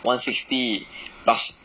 one sixty plus